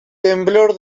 temblor